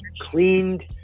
cleaned